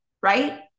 Right